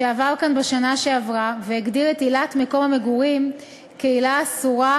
הרווחה והבריאות להכנתה לקריאה ראשונה.